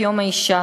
את יום האישה,